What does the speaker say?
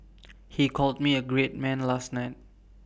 he called me A great man last night